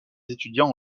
étudiants